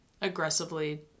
aggressively